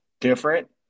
different